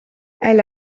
elle